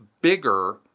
bigger